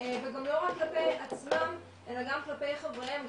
וגם לא רק כלפי עצמם, אלא גם כלפי חבריהם.